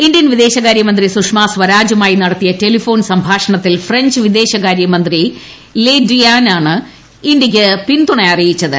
Indian വിദേശകാര്യമന്ത്രി സുഷമ സ്വരാജുമായി നടത്തിയ ടെലിഫോൺ സംഭാഷണത്തിൽ ഫ്രഞ്ച് വിദേശകാര്യമന്ത്രി ലേ ഡ്രിയാനാണ് ഇന്ത്യയ്ക്ക് പിന്തുണയറിച്ചത്